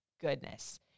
goodness